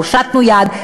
הושטנו יד,